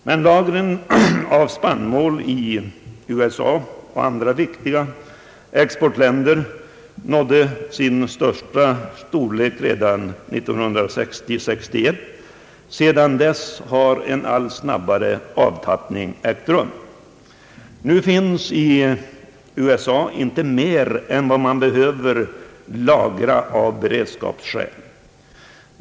Men spannmålslagren i USA och andra viktiga exportländer var störst redan åren 1961—1962. Sedan dess har en allt snabbare avtappning ägt rum. Nu finns i USA inte mer än vad man behöver lagra för beredskapsändamål.